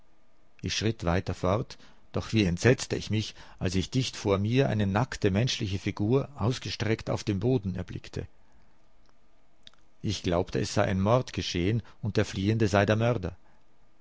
ich schritt weiter fort doch wie entsetzte ich mich als ich dicht vor mir eine nackte menschliche figur ausgestreckt auf dem boden erblickte ich glaubte es sei ein mord geschehen und der fliehende sei der mörder